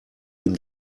ihm